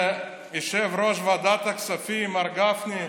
שיושב-ראש ועדת הכספים, מר גפני,